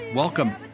Welcome